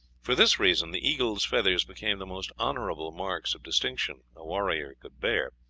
for this reason the eagle's feathers became the most honorable marks of distinction a warrior could bear.